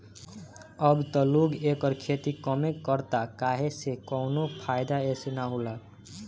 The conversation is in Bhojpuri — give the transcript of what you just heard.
अब त लोग एकर खेती कमे करता काहे से कवनो फ़ायदा एसे न होला